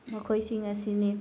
ꯃꯈꯣꯏꯁꯤꯡ ꯑꯁꯤꯅꯤ